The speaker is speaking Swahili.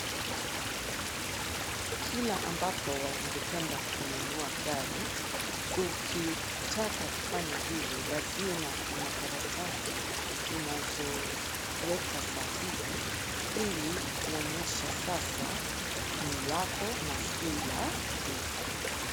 Kila ambapo wangependa kununua gari, ukitaka kufanya vile lazima kuna karatasi unazoweka sahihi ili kuonyesha sasa ni lako na si la duka.